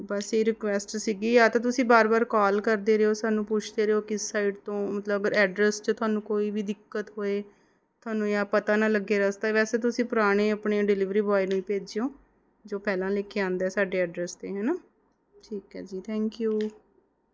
ਬਸ ਇਹ ਰਿਕੁਐਸਟ ਸੀਗੀ ਜਾਂ ਤਾਂ ਤੁਸੀਂ ਵਾਰ ਵਾਰ ਕੋਲ ਕਰਦੇ ਰਿਹੋ ਸਾਨੂੰ ਪੁੱਛਦੇ ਰਿਹੋ ਕਿਸ ਸਾਇਡ ਤੋਂ ਮਤਲਬ ਐਡਰੈਸ 'ਚ ਤੁਹਾਨੂੰ ਕੋਈ ਵੀ ਦਿੱਕਤ ਹੋਏ ਤੁਹਾਨੂੰ ਜਾਂ ਪਤਾ ਨਾ ਲੱਗੇ ਰਸਤਾ ਵੈਸੇ ਤੁਸੀਂ ਪੁਰਾਣੇ ਆਪਣੇ ਡਿਲੀਵਰੀ ਬੋਅਏ ਨੂੰ ਹੀ ਭੇਜਿਓ ਜੋ ਪਹਿਲਾਂ ਲੈ ਕੇ ਆਉਂਦਾ ਸਾਡੇ ਐਡਰਸ 'ਤੇ ਹੈ ਨਾ ਠੀਕ ਹੈ ਜੀ ਥੈਂਕ ਯੂ